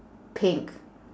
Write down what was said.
pink